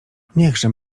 niechże